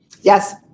Yes